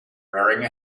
wearing